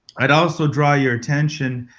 i would also draw your attention,